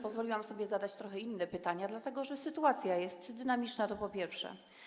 Pozwoliłam sobie zadać trochę inne pytania, dlatego że sytuacja jest dynamiczna, to po pierwsze.